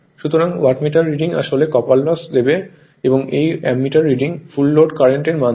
সুতরাং wattmeter reading আসলে copper loss দেবে এবং এই ammeter reading full load current এর মান দেবে